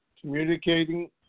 communicating